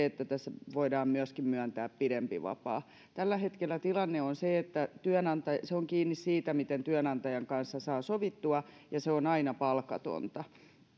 että tässä voidaan myöntää myöskin pidempi vapaa tällä hetkellä tilanne on se että se on kiinni siitä miten työnantajan kanssa saa sovittua ja se on aina palkatonta